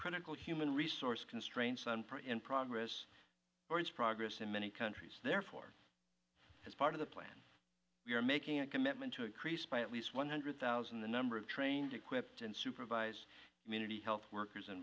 critical human resource constraints on in progress or its progress in many countries therefore as part of the plan we are making a commitment to increase by at least one hundred thousand the number of trained equipped and supervise community health workers and